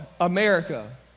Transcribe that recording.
America